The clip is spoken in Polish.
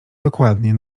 dokładnie